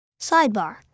Sidebar